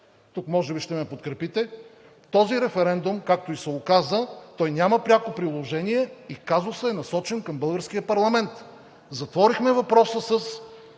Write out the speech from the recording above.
тук може би ще ме подкрепите, този референдум, както и се оказа, той няма пряко приложение и казусът е насочен към българския парламент. Затворихме въпроса със